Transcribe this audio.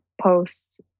post